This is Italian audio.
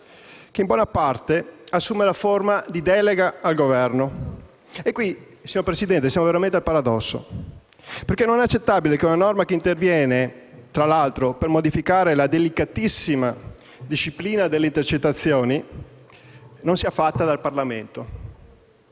che in buona parte assume la forma di delega al Governo. E qui, signor Presidente, siamo veramente al paradosso. Non è accettabile che una norma che interviene, tra l'altro, per modificare la delicatissima disciplina delle intercettazioni non sia fatta dal Parlamento.